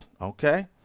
Okay